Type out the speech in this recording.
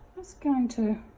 going to